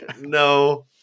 no